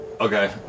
Okay